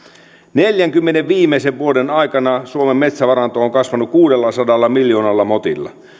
neljänkymmenen viimeisen vuoden aikana suomen metsävaranto on kasvanut kuudellasadalla miljoonalla motilla